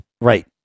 Right